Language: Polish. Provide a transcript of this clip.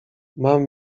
mam